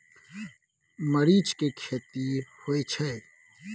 मरीच के खेती होय छय?